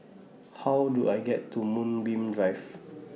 How Do I get to Moonbeam Drive